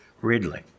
Ridley